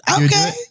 okay